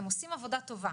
הן עושות עבודה טובה.